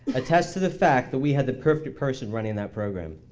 attest to the fact that we had the perfect person running that program.